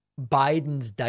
Biden's